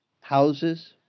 houses